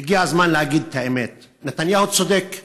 הגיע הזמן להגיד את האמת, נתניהו צודק,